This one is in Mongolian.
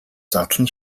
задлан